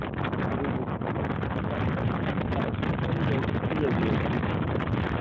ꯑꯗꯨꯁꯨ ꯑꯝꯇ ꯌꯦꯡꯕꯤꯌꯨ ꯁꯥꯔ